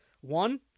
one